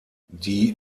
die